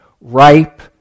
ripe